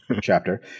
chapter